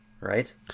right